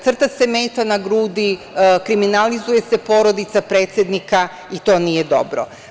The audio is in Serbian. Crta se meta na grudi, kriminalizuje se porodica predsednika i to nije dobro.